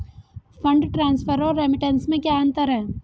Fund transfer और remittance में क्या अंतर है?